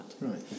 right